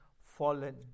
fallen